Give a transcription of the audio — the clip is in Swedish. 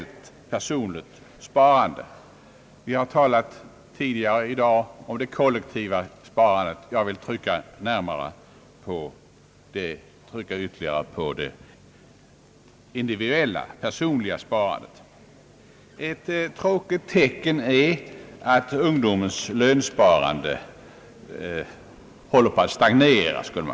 Det har tidigare i dag talats om det kollektiva sparandet; jag vill för min del framhålla det personliga sparandet. Ett tråkigt tecken är att ungdomens lönsparande håller på att stagnera.